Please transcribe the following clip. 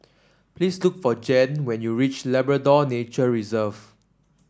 please look for Jann when you reach Labrador Nature Reserve